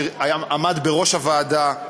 שעמד בראש הוועדה,